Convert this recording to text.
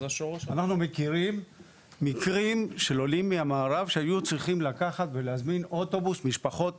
אנחנו מכירים מקרים של עולים מהמערב שהיו צריכים להזמין למשפחות